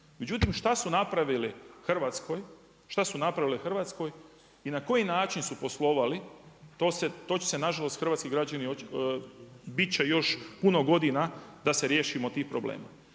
Međutim, šta su napravili Hrvatskoj i na koji način su poslovali to će se na žalost hrvatski građani, bit će još puno godina da se riješimo tih problema.